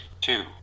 two